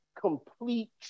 complete